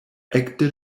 ekde